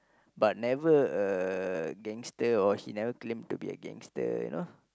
but never a gangster or he never claim to be a gangster you know